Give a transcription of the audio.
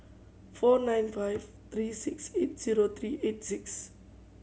four nine five three six eight zero three eight six